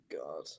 god